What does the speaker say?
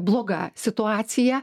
bloga situacija